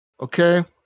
okay